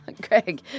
Greg